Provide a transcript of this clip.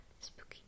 spooky